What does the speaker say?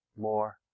more